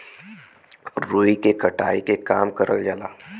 रुई के कटाई के काम करल जाला